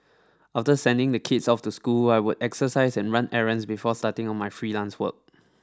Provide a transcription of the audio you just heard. after sending the kids off to school I would exercise and run errands before starting on my freelance work